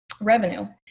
revenue